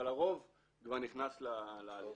אבל הרוב כבר נכנס להליך.